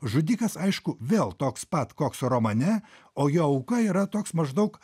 žudikas aišku vėl toks pat koks romane o jo auka yra toks maždaug